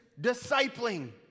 discipling